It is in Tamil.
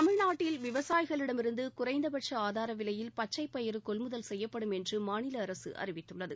தமிழ்நாட்டில் விவசாயிகளிடமிருந்த குறைந்தபட்ச ஆதார விவையில் பச்சை பயறு கொள்முதல் செய்யப்படும் என்று மாநில அரசு அறிவித்துள்ளது